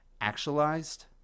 actualized